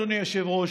אדוני היושב-ראש,